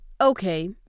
Okay